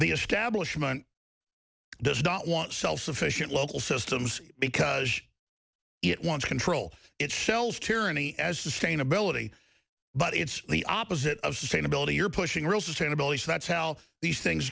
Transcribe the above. the establishment does not want self sufficient local systems because it wants control its shelves tyranny as sustainability but it's the opposite of sustainability you're pushing real sustainability that's how these things